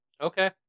okay